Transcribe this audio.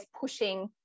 pushing